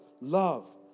love